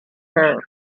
her